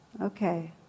Okay